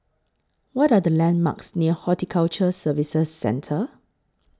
What Are The landmarks near Horticulture Services Centre